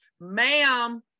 ma'am